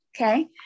Okay